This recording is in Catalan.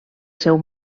seu